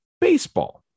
baseball